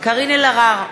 קארין אלהרר,